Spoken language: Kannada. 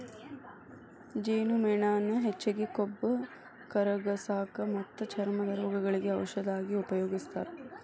ಜೇನುಮೇಣಾನ ಹೆಚ್ಚಾಗಿ ಕೊಬ್ಬ ಕರಗಸಾಕ ಮತ್ತ ಚರ್ಮದ ರೋಗಗಳಿಗೆ ಔಷದ ಆಗಿ ಉಪಯೋಗಸ್ತಾರ